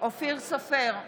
אופיר סופר,